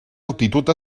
altitud